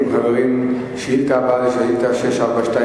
שאילתא 642,